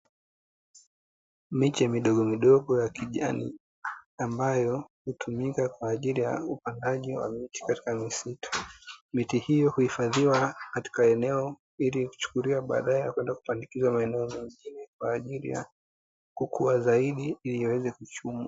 Miche midogomidogo ya kijani ambayo hutumika kwa ajili ya upandaji wa miti katika misitu, miti hiyo huifadhiwa katika eneo ili kuchukuliwa baadae na kwenda kupandikizwa maeneo mengine kwa ajili ya kukua zaidi ili yaweze kuchumwa.